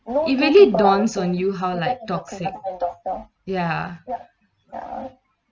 even it dawns on you how like toxic ya